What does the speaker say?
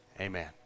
amen